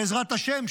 בעזרת השם,